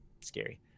scary